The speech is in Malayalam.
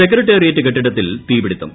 സെക്രട്ടേറിയേറ്റ് കെട്ടിടത്തിൽ തീ പിടുത്തം